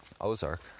Ozark